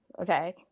Okay